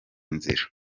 nzira